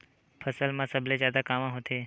फसल मा सबले जादा कामा होथे?